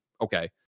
okay